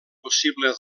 possible